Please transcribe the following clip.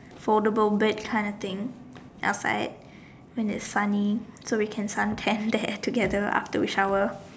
foldable bed kind of thing that was like it's funny so we can suntan there together after we shower